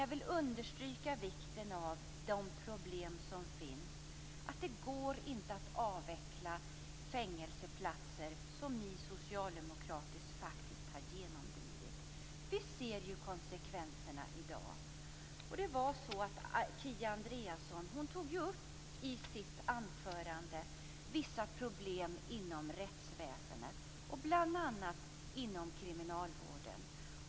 Jag vill understryka vikten av de problem som finns, att det inte går att avveckla fängelseplatser - som ni socialdemokrater faktiskt har genomdrivit. Vi ser konsekvenserna i dag. Kia Andreasson tog upp i sitt anförande vissa problem inom rättsväsendet och bl.a. inom kriminalvården.